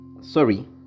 Sorry